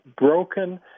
broken